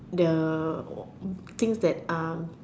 the things that um